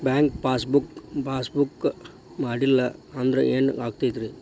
Bank pass book ಮಾಡಲಿಲ್ಲ ಅಂದ್ರೆ ಏನ್ ಆಗ್ತೈತಿ?